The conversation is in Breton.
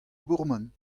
bourmen